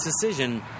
decision